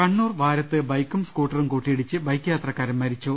കണ്ണൂർ വാരത്ത് ബൈക്കും സ്കൂട്ടറും കൂട്ടിയിടിച്ച് ബൈക്ക് യാത്രക്കാരൻ മരിച്ചു